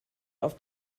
auf